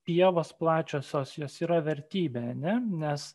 pievos plačiosios jos yra vertybė ar ne nes